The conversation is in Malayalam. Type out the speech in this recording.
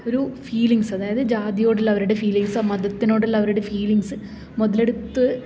ഒരു ഫീലിങ്ങ്സ് അതായത് ജാതിയോടുള്ള അവരുടെ ഫീലിങ്ങ്സ് മതത്തിനോടുള്ള അവരുടെ ഫീലിങ്ങ്സ് മുതലെടുത്ത്